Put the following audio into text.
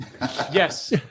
Yes